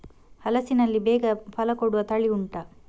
ಹಲಸಿನಲ್ಲಿ ಬೇಗ ಫಲ ಕೊಡುವ ತಳಿ ಉಂಟಾ